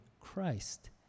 Christ